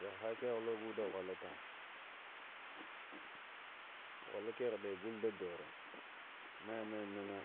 Jəhəhə keghulo gule də jəhəhəta guzaka gzulo kəhe munə gulo də dhoro maga nanənə